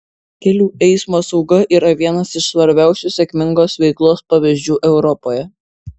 kelių eismo sauga yra vienas iš svarbiausių sėkmingos veiklos pavyzdžių europoje